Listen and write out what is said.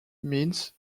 means